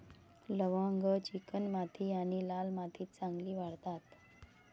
लवंग चिकणमाती आणि लाल मातीत चांगली वाढतात